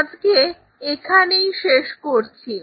আজকে এখানেই শেষ করছি